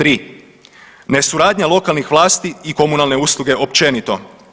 Tri, nesuradnja lokalnih vlasti i komunalne usluge općenito.